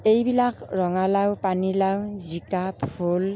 এইবিলাক ৰঙালাও পানীলাও জিকা ভোল